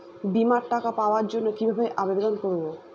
বিমার টাকা পাওয়ার জন্য কিভাবে আবেদন করব?